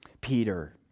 Peter